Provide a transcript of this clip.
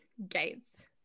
Gates